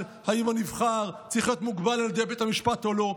על האם הנבחר צריך להיות מוגבל על ידי בית המשפט או לא,